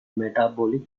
metabolic